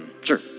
sure